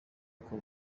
uko